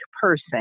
person